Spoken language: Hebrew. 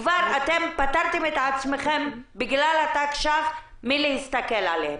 כבר פטרתם את עצמכם, בגלל התקש"ח, להסתכל עליהן.